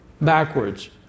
backwards